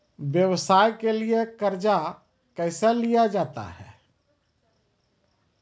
व्यवसाय के लिए कर्जा कैसे लिया जाता हैं?